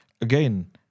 again